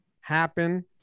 happen